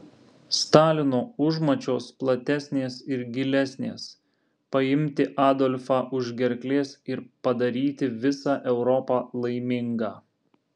stalino užmačios platesnės ir gilesnės paimti adolfą už gerklės ir padaryti visą europą laimingą